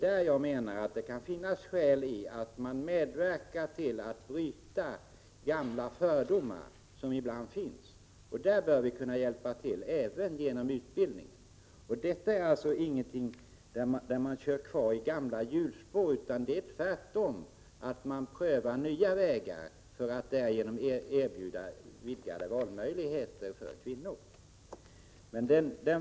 Det kan också finnas skäl att medverka till att bryta gamla fördomar, vilket kan ske även genom utbildningen. Det är alltså inte att fortsätta att köra i gamla hjulspår, utan det är tvärtom att pröva nya vägar för att erbjuda kvinnor vidgade valmöjligheter.